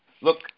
Look